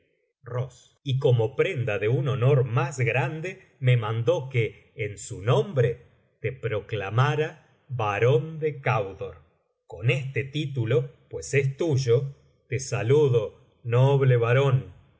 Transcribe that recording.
ross y como prenda de un honor más grande me mandó que en su nombre te proclamara barón de candor con este título pues es tuyo te saludo noble barón ban